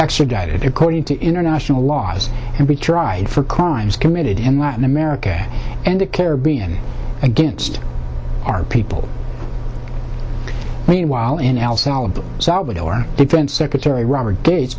extradited decoded to international laws and be tried for crimes committed in latin america and the caribbean against our people meanwhile in el salvador salvador defense secretary robert ga